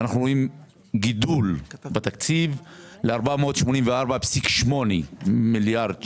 התקציב גדל ל-484.8 מיליארד שקל.